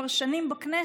כבר שנים בכנסת,